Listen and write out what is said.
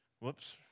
Whoops